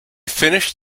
finished